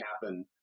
happen